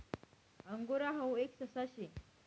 angora हाऊ एक ससा शे